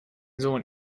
sohn